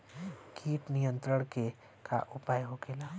कीट नियंत्रण के का उपाय होखेला?